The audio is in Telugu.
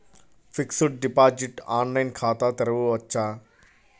ఫిక్సడ్ డిపాజిట్ ఆన్లైన్ ఖాతా తెరువవచ్చా?